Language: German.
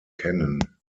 kennen